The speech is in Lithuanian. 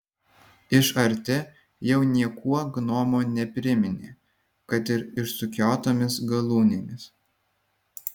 iš arti jau niekuo gnomo nepriminė kad ir išsukiotomis galūnėmis